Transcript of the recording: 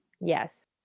Yes